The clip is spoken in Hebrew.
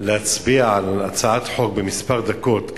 להצביע על הצעת חוק במספר דקות,